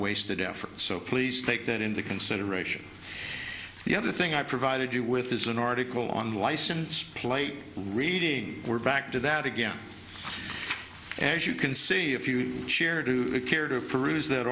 wasted effort so please take that into consideration the other thing i provided you with is an article on license plate reading we're back to that again as you can see if you share do you care to peruse that